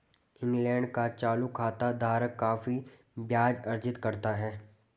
England का चालू खाता धारक काफी ब्याज अर्जित करता है